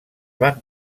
van